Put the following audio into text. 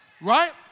Right